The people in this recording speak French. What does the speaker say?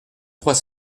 trois